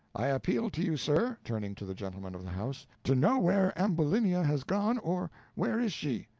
i appeal to you, sir, turning to the gentleman of the house, to know where ambulinia has gone, or where is she?